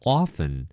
often